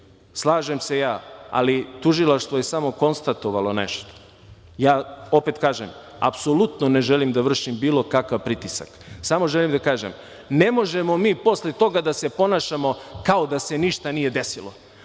Slažem se ja, ali tužilaštvo je samo konstatovalo nešto. Opet kažem, apsolutno ne želim da vršim bilo kakav pritisak, samo želim da kažem da ne možemo mi posle toga da se ponašamo kao da se ništa nije desilo,